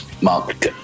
mark